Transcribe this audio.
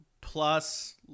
plus